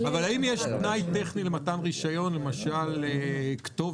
האם יש תנאי טכני למתן רישיון, למשל כתובת,